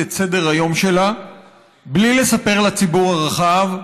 את סדר-היום שלה בלי לספר לציבור הרחב,